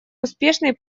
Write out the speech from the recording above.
успешной